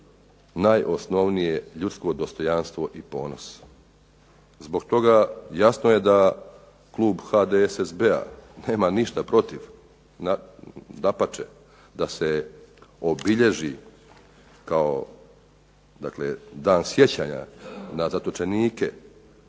najosnovnije ljudsko dostojanstvo i ponos. Zbog toga jasno je da klub HDSSB-a nema ništa protiv. Dapače, da se obilježi kao dakle Dan sjećanja na zatočenike